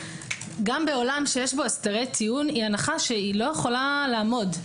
היא הנחה שהיא לא יכולה לעמוד.